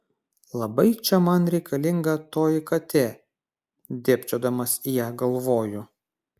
labai čia man reikalinga toji katė dėbčiodamas į ją galvoju